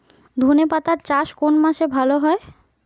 ধনেপাতার চাষ কোন মাসে ভালো হয়?